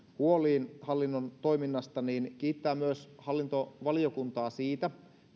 huoliin hallinnon toiminnasta myös kiittää hallintovaliokuntaa siitä